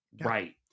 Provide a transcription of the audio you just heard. right